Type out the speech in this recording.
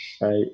right